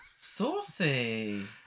Saucy